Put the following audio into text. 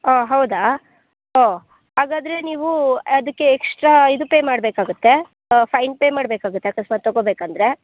ಆಂ ಹೌದಾ ಓಹ್ ಹಾಗಾದ್ರೆ ನೀವು ಅದಕ್ಕೆ ಎಕ್ಸ್ಟ್ರಾ ಇದು ಪೇ ಮಾಡಬೇಕಾಗುತ್ತೆ ಫೈನ್ ಪೇ ಮಾಡಬೇಕಾಗುತ್ತೆ ಅಕಸ್ಮಾತ್ ತೊಗೋಬೇಕಂದ್ರೆ